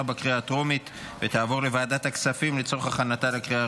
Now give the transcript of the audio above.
לוועדת הכספים נתקבלה.